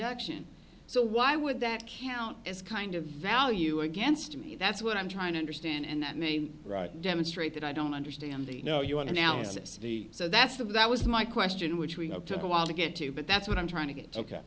deduction so why would that can't it's kind of value against me that's what i'm trying to understand and that name right demonstrate that i don't understand the you know you want to now it's the so that's the that was my question which we took a while to get to but that's what i'm trying to get